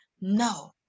no